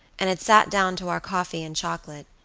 and had sat down to our coffee and chocolate,